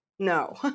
No